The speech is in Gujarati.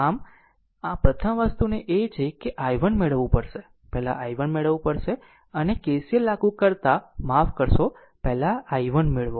આમ પ્રથમ વસ્તુ એ છે કે i1 મેળવવું પડશે પહેલા i1 મેળવવું પડશે અને KCL લાગુ કરતાં માફ કરશો પહેલા i1 મેળવો